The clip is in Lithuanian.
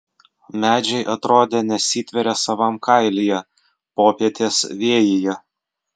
medžiai atrodė nesitverią savam kailyje popietės vėjyje